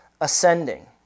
ascending